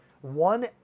One